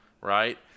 right